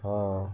ହଁ